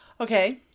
Okay